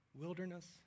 wilderness